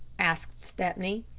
asked stepney.